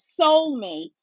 soulmate